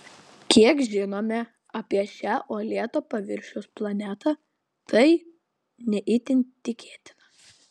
kiek žinome apie šią uolėto paviršiaus planetą tai ne itin tikėtina